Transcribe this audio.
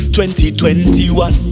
2021